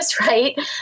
right